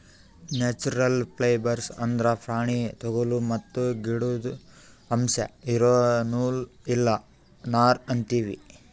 natural fibres ಅಂದ್ರ ಪ್ರಾಣಿ ತೊಗುಲ್ ಮತ್ತ್ ಗಿಡುದ್ ಅಂಶ್ ಇರೋ ನೂಲ್ ಇಲ್ಲ ನಾರ್ ಅಂತೀವಿ